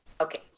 Okay